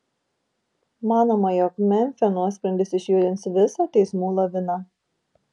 manoma jog memfio nuosprendis išjudins visą teismų laviną